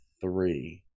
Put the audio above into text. three